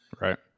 Right